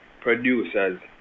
producers